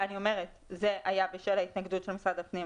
זה היה בשל ההתנגדות של משרד הפנים.